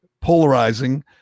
polarizing